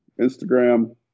Instagram